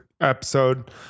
episode